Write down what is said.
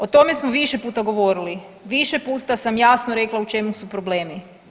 O tome smo više puta govorili, više puta sam jasno rekla u čemu su problemi.